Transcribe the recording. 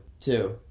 two